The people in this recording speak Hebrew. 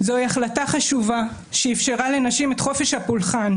זוהי החלטה חשובה שאפשרה לנשים את חופש הפולחן,